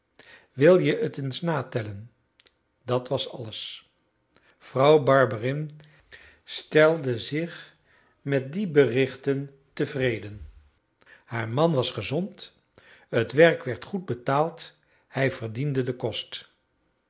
meegegeven wil-je het eens natellen dat was alles vrouw barberin stelde zich met die berichten tevreden haar man was gezond het werk werd goed betaald hij verdiende den kost